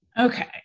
Okay